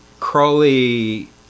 Crowley